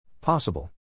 Possible